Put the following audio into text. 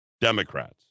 Democrats